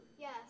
Yes